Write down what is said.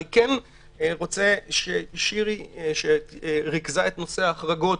אני כן רוצה ששירי, שריכזה את נושא ההחרגות,